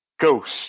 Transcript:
Ghost